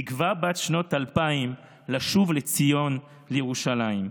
תקווה בת שנות אלפיים לשוב לציון, לירושלים.